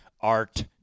art